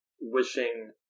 wishing